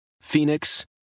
Phoenix